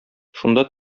шунда